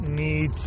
need